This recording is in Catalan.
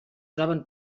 troben